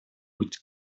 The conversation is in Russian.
путь